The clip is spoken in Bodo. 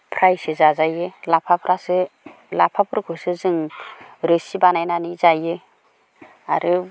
फ्रायसो जाजायो लाफाफ्रासो लाफाफोरखौसो जों रोसि बानायनानै जायो आरो